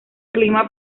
clima